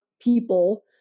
people